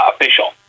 official